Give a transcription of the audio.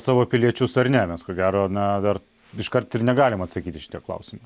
savo piliečius ar ne mes ko gero na dar iškart ir negalim atsakyti į šitą klausimą